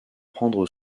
prendre